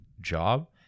job